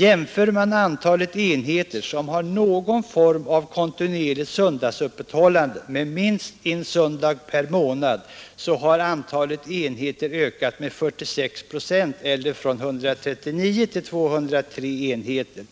Jämför man antalet enheter som har någon form av kontinuerligt söndagsöppethållande med minst en söndag per månad, så har antalet enheter ökat med 46 procent eller från 139 till 203 enheter.”